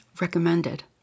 recommended